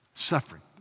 Suffering